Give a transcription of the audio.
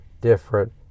different